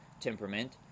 temperament